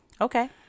Okay